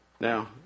Now